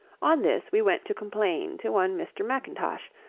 on this we went to complain to one mr. m'intosh,